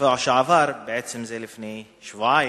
בשבוע שעבר, בעצם לפני שבועיים,